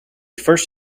first